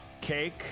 cake